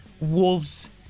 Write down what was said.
wolves